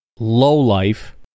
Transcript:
lowlife